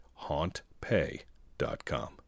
HauntPay.com